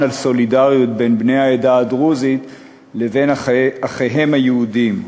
הסולידריות בין בני העדה הדרוזית לבין אחיהם היהודים.